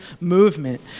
movement